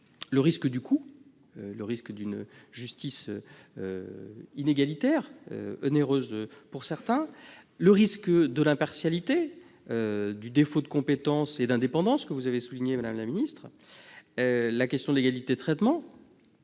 le risque du coût, c'est-à-dire le risque d'une justice inégalitaire et onéreuse pour certains, le risque de l'impartialité, du défaut de compétence et d'indépendance, que vous avez souligné, madame la ministre, la question de l'égalité de traitement